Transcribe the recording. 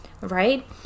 right